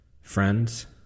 Friends